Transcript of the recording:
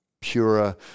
purer